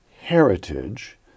heritage